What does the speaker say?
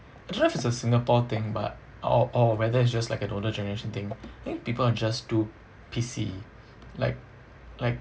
I don't know if it's a singapore thing but or or whether it's just like an older generation thing think people are just too pissy like like